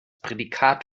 prädikat